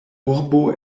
urbo